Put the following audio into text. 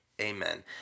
Amen